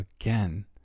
again